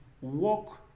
walk